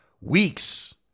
weeks